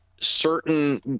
Certain